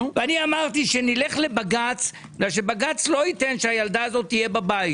אמרתי שנלך לבג"ץ כי בג"ץ לא ייתן שהילדה תהיה בבית.